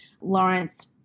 Lawrence